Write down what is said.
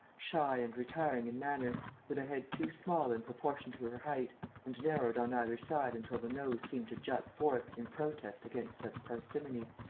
shy and retiring in manner, with a head too small in proportion to her height and narrowed on either side until the nose seemed to jut forth in protest against such parsimony.